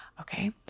okay